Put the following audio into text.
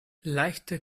leichte